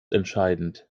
entscheidend